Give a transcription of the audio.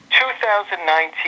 2019